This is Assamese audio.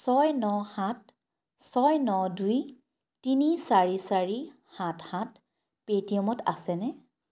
ছয় ন সাত ছয় ন দুই তিনি চাৰি চাৰি সাত সাত পে'টিএম ত আছেনে